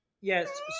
Yes